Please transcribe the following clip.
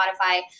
Spotify